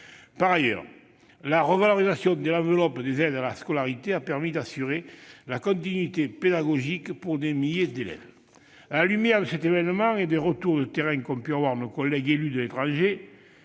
Par ailleurs, la revalorisation de l'enveloppe des aides à la scolarité a permis d'assurer la continuité pédagogique pour des milliers d'élèves. À la lumière de cet événement et des retours de terrain qu'ont pu avoir nos collègues élus de l'étranger,